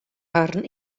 harren